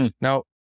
Now